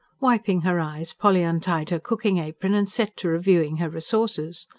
wiping her eyes polly untied her cooking-apron and set to reviewing her resources.